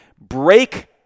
break